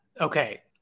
Okay